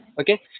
okay